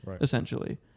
essentially